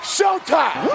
Showtime